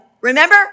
Remember